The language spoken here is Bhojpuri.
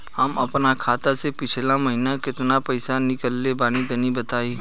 हम आपन खाता से पिछला महीना केतना पईसा निकलने बानि तनि बताईं?